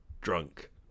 Drunk